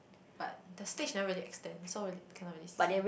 but the stage never really extend so really cannot really see